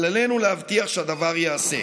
אבל עלינו להבטיח שהדבר ייעשה.